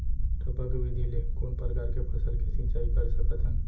टपक विधि ले कोन परकार के फसल के सिंचाई कर सकत हन?